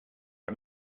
had